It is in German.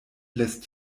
lässt